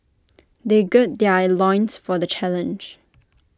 they gird their loins for the challenge